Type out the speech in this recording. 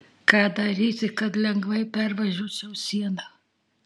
ką daryti kad lengvai pervažiuočiau sieną